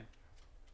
כן.